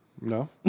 No